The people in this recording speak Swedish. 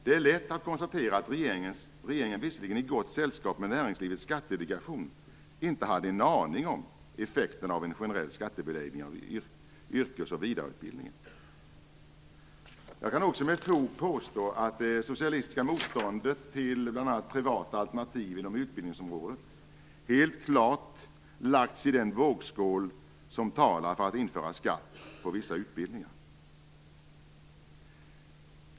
Det är lätt att konstatera att regeringen, visserligen i gott sällskap med Näringslivets Skattedelegation, inte hade en aning om effekterna av en generell skattebeläggning av yrkes och vidareutbildningen. Jag kan också med fog påstå att det socialistiska motståndet mot bl.a. privata alternativ inom utbildningsområdet helt klart lagts i den vågskål som talar för att införa skatt på vissa utbildningar.